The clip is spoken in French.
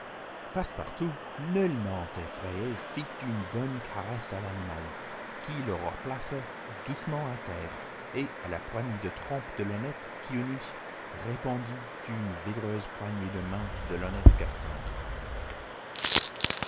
passepartout nullement effrayé fit une bonne caresse à l'animal qui le replaça doucement à terre et à la poignée de trompe de l'honnête kiouni répondit une vigoureuse poignée de main de l'honnête garçon